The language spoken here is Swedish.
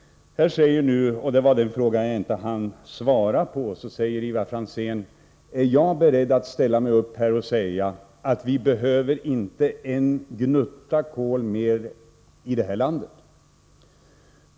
Jag hann i min förra replik inte svara på Ivar Franzéns fråga, om jag är beredd att säga att vi inte behöver en gnutta kol mer här i landet.